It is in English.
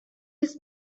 his